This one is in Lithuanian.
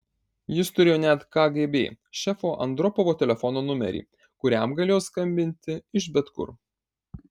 jis turėjo net kgb šefo andropovo telefono numerį kuriam galėjo skambinti iš bet kur